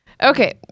Okay